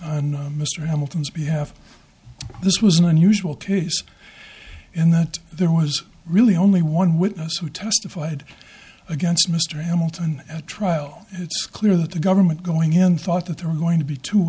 and mr hamilton's behalf this was an unusual case in that there was really only one witness who testified against mr hamilton at trial it's clear that the government going in thought that there were going to be t